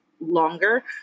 longer